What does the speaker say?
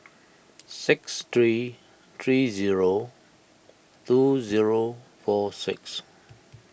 six three three zero two zero four six